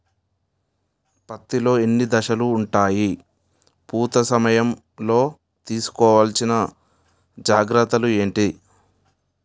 పత్తి లో ఎన్ని దశలు ఉంటాయి? పూత సమయం లో తీసుకోవల్సిన జాగ్రత్తలు ఏంటి?